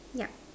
yeah